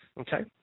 Okay